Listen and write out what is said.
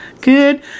Good